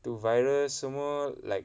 tu virus semua like